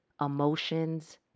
emotions